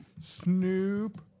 Snoop